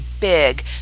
big